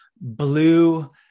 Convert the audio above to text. blue